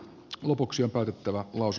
lopuksi päätettävä ulos